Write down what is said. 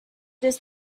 this